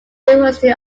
diversity